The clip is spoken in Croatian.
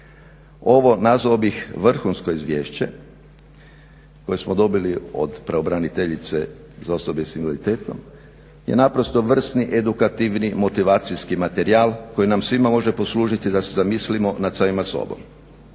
Ovo nazvao bih vrhunsko izvješće koje smo dobili od pravobraniteljice za osobe s invaliditetom je naprosto vrsni edukativni motivacijski materijal koji nam svima može poslužiti da se zamislimo nad samima sobom.